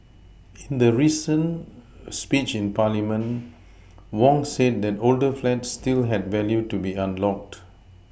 in the recent speech in parliament Wong said that older flats still had value to be unlocked